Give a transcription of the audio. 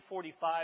45